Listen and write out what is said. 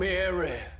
Mary